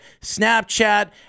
Snapchat